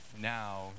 Now